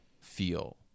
feel